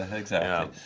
ah exactly.